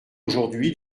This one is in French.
aujourd’hui